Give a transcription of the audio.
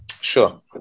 sure